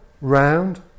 round